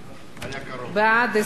בעד, 25,